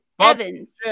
Evans